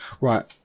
Right